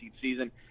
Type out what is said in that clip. season